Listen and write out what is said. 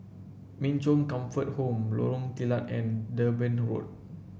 Min Chong Comfort Home Lorong Kilat and Durban Road